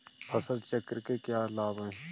फसल चक्र के क्या लाभ हैं?